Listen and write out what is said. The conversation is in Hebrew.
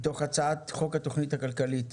מתוך הצעת חוק התוכנית הכלכלית,